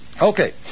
Okay